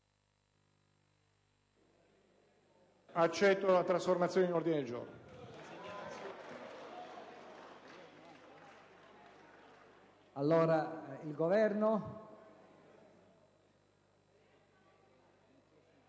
atto della trasformazione in ordine del giorno